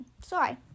sorry